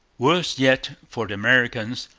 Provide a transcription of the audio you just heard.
worse yet for the americans,